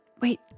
wait